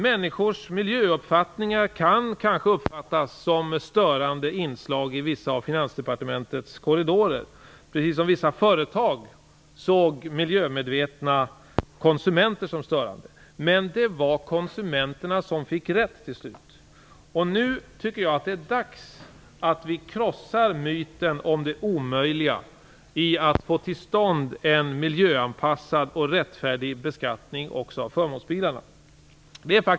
Människors miljöuppfattningar kan kanske ses som störande inslag i vissa av Finansdepartementets korridorer, precis som vissa företag såg miljömedvetna konsumenter som störande. Men det var konsumenterna som till slut fick rätt. Nu tycker jag att det är dags att vi krossar myten om det omöjliga i att få till stånd en miljöanpassad och rättfärdig beskattning också av förmånsbilarna.